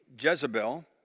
Jezebel